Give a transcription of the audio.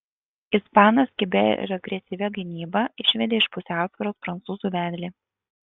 ispanas kibia ir agresyvia gynyba išvedė iš pusiausvyros prancūzų vedlį